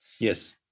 Yes